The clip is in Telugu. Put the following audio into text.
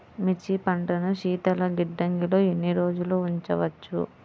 మిర్చి పంటను శీతల గిడ్డంగిలో ఎన్ని రోజులు ఉంచవచ్చు?